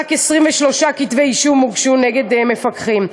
רק 23 כתבי-אישום הוגשו נגד מפקחים.